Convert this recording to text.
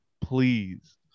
Please